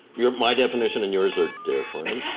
my definition and yours are different.